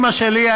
אימא שלי,